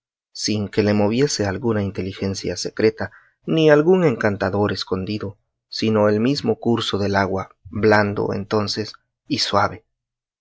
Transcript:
sin que le moviese alguna inteligencia secreta ni algún encantador escondido sino el mismo curso del agua blando entonces y suave